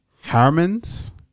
Harmon's